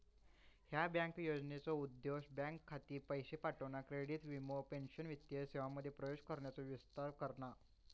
ह्या योजनेचो उद्देश बँक खाती, पैशे पाठवणा, क्रेडिट, वीमो, पेंशन वित्तीय सेवांमध्ये प्रवेशाचो विस्तार करणा